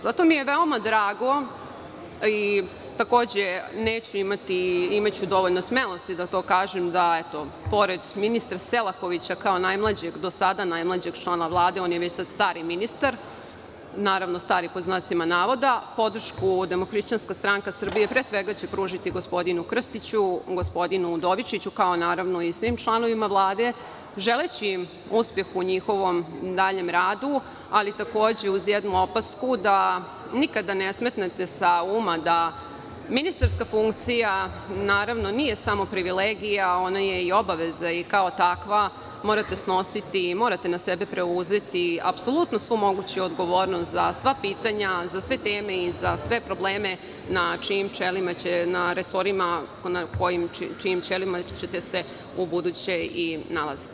Zato mi je veoma drago i takođe ću imati dovoljno smelosti da kažem da pored ministra Selakovića, kao do sada najmlađeg člana Vlade, on je već sad „stari ministar“, naravno stari pod znacima navoda, podršku Demohrišćanska stranka Srbije će pre svega pružiti gospodinu Krstiću, gospodinu Udovičiću, a naravno i svim članovima Vlade, želeći im uspeh u njihovom daljem radu, ali takođe uz jednu opasku, da nikada ne smetnete sa uma da ministarska funkcija nije privilegija, ona je i obaveza i kao takva morate snositi i morate na sebe preuzeti apsolutno svu moguću odgovornost za sva pitanja, za sve teme i za sve probleme na čijim resorima i na čijim čelima ćete se ubuduće i nalaziti.